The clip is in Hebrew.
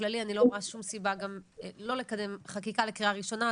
בכללי אני לא רואה שום סיבה גם לא לקדם חקיקה לקריאה ראשונה,